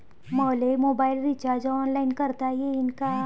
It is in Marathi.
मले मोबाईल रिचार्ज ऑनलाईन करता येईन का?